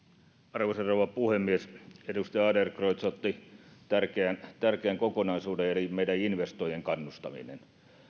arvoisa rouva puhemies edustaja adlercreutz otti tärkeän tärkeän kokonaisuuden eli meidän investoijiemme kannustamisen